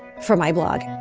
for my blog